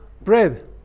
bread